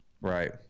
right